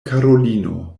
karolino